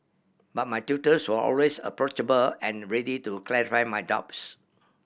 but my tutors were always approachable and ready to clarify my doubts